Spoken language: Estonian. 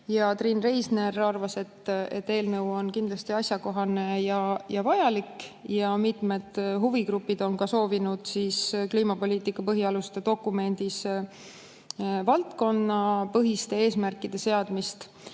Triin Reisner arvas, et eelnõu on kindlasti asjakohane ja vajalik. Mitmed huvigrupid on soovinud kliimapoliitika põhialuste dokumendis ka valdkonnapõhiste eesmärkide seadmist.